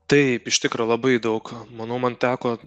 taip iš tikro labai daug manau man teko